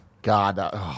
God